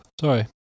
sorry